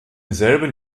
selben